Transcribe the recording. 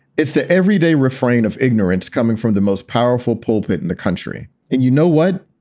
it's the everyday refrain of ignorance coming from the most powerful pulpit in the country. and you know what?